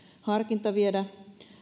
harkinta viedä